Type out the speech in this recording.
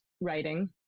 writing